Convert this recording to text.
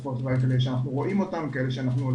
כאלה שאנחנו רואים אותן וכאלה שאולי